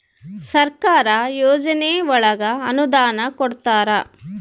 ಸರ್ಕಾರ ಯೋಜನೆ ಒಳಗ ಅನುದಾನ ಕೊಡ್ತಾರ